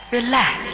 relax